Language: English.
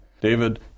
David